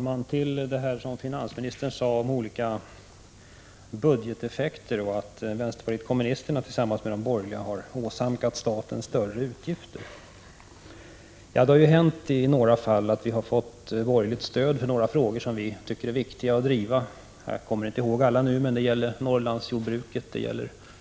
Fru talman! Finansministern talade om olika budgeteffekter och menade att vänsterpartiet kommunisterna tillsammans med de borgerliga har bidragit till en ökning av de statliga utgifterna. Ja, det har ju i några fall hänt att vi fått borgerligt stöd i några frågor som vi har funnit viktiga. Jag minns inte alla, men det gäller t.ex. Norrlandsjordbruket,